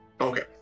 Okay